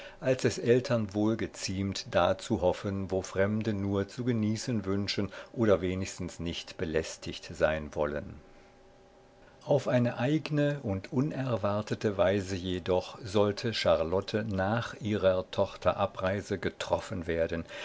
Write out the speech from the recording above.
als es eltern wohl geziemt da zu hoffen wo fremde nur zu genießen wünschen oder wenigstens nicht belästigt sein wollen auf eine eigne und unerwartete weise jedoch sollte charlotte nach ihrer tochter abreise getroffen werden